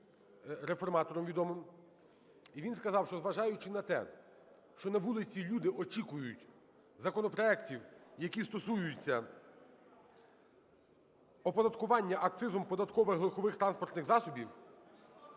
і він сказав, що, зважаючи на те, що на вулиці люди очікують законопроектів, які стосуються оподаткування акцизним податком легкових транспортних засобів,